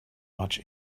much